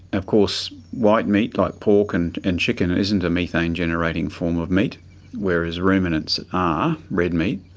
of course white meat like pork and and chicken isn't a methane generating form of meat whereas ruminants are red meat.